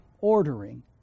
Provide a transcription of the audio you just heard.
ordering